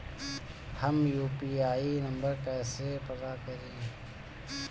हम UPI number कइसे पता करी?